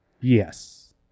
Yes